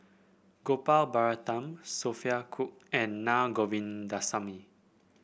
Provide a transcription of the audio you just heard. Gopal Baratham Sophia Cooke and Naa Govindasamy